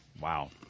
Wow